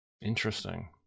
Interesting